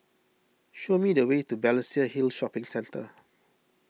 show me the way to Balestier Hill Shopping Centre